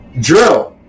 drill